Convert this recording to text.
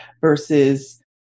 versus